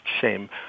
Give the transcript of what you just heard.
shame